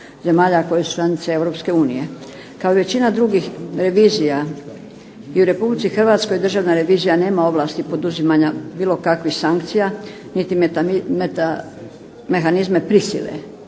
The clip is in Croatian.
zemalja koje su članice Europske unije. Kao i većina drugih revizija i u Republici Hrvatskoj Državna revizija nema ovlasti poduzimanja bilo kakvih sankcija niti mehanizme prisile,